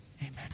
amen